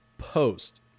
post